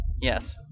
Yes